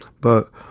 But